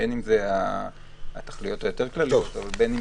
בין אם זה התכליות היותר כלליות ובין אם